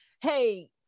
hey